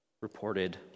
reported